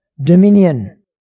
dominion